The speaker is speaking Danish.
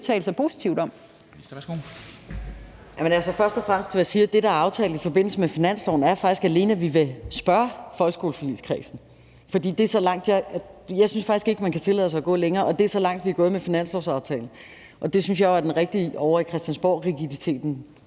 faktisk er, at vi alene vil spørge folkeskoleforligskredsen. Jeg synes faktisk ikke, man kan tillade sig at gå længere, og det er så langt, vi er gået med finanslovsaftalen. Det synes jeg jo er den rigtige måde at gøre det på ovre i christiansborgrigiditeten,